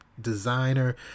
designer